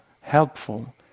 helpful